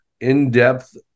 in-depth